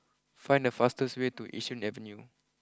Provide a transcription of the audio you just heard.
find the fastest way to Yishun Avenue